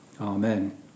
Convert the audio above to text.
Amen